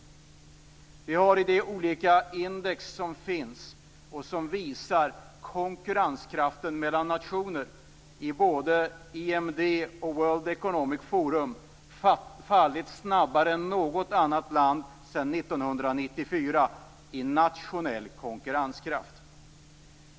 Vi har i de olika index som finns och som visar konkurrenskraften mellan nationer i både IMD och World Economic Forum fallit snabbare än något annat land sedan 1994 i nationell konkurrenskraft.